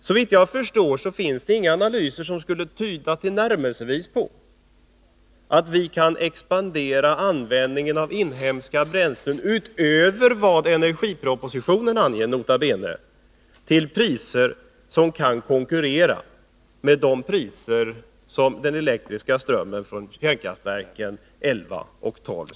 Såvitt jag förstår finns det ingen analys som ens tillnärmelsevis tyder på att vi kan expandera användningen av inhemska bränslen utöver vad — nota bene — som anges i energipropositionen, till priser som kan konkurrera med den elektriska strömmen från kärnkraftsreaktorerna 11 och 12.